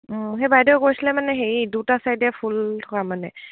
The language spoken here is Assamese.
সেই বাইদে কৈছিলে মানে হেৰি দুটা চাইডে ফুল কৰাোৱা মানে